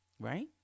right